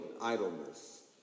idleness